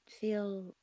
feel